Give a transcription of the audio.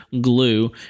glue